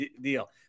deal